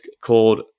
called